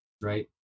right